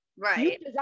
Right